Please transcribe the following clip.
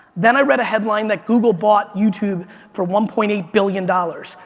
then i read a headline that google bought youtube for one point eight billion dollars